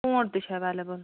pound تہِ چھُ available